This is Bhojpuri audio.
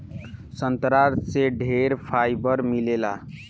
संतरा से ढेरे फाइबर मिलेला